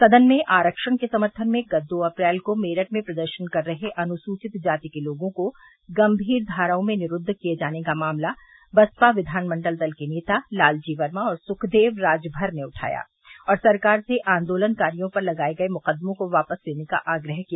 सदन में आरक्षण के समर्थन में गत दो अप्रैल को मेरठ में प्रदर्शन कर रहे अनुसूवित जाति के लोगों को गंभीर धाराओं में निरूद्व किये जाने का मामला बसपा विधानमंडल दल के नेता लालजी वर्मा और सुखदेव राजभर ने उठाया और सरकार से आन्दोलनकारियों पर लगाये गये मुकदमों को वापस लेने का आग्रह किया